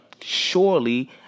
surely